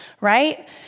right